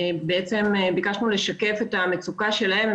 ביקשנו לשקף את המצוקה שלהם,